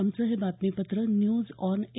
आमचं हे बातमीपत्र न्यूज ऑन ए